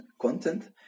content